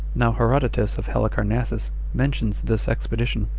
now herodotus of halicarnassus mentions this expedition,